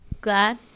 glad